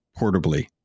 portably